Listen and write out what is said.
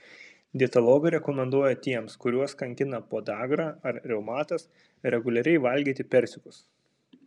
dietologai rekomenduoja tiems kuriuos kankina podagra ar reumatas reguliariai valgyti persikus